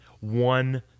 one